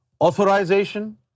authorization